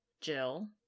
Jill